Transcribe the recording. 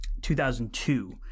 2002